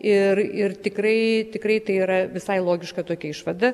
ir ir tikrai tikrai tai yra visai logiška tokia išvada